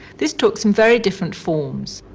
this took some very different forms.